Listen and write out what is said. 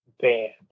band